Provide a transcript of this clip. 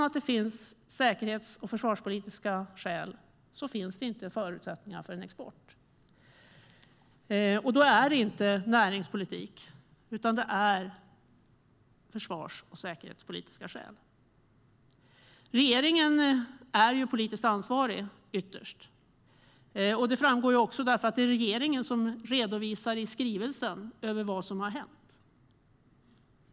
Utan säkerhets och försvarspolitiska skäl finns inga förutsättningar för export. Då är det inte näringspolitik utan säkerhets och försvarspolitiska skäl. Regeringen är politiskt ytterst ansvarig. Det framgår av att det är regeringen som i skrivelsen redovisar vad som har hänt.